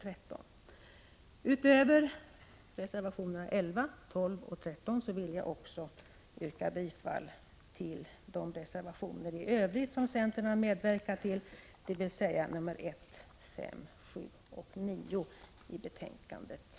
Utöver yrkandet om bifall till reservationerna 11, 12 och 13 vill jag yrka bifall till de reservationer i övrigt som centern står bakom, nämligen reservationerna 1, 5, 7 och 9.